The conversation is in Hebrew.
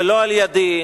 ולא על-ידי,